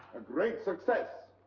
a great success!